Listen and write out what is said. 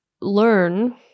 learn